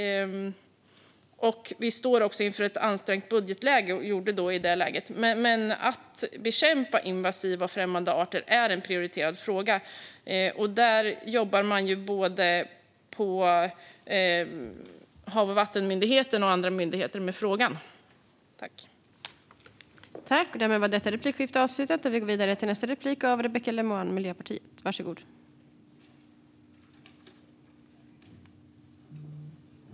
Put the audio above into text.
Vi står också inför ett ansträngt budgetläge och gjorde det i det läget. Men att bekämpa invasiva och främmande arter är en prioriterad fråga. Både Havs och vattenmyndigheten och andra myndigheter jobbar med den frågan.